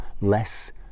less